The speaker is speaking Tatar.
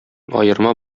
аерма